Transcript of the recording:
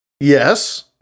Yes